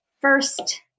first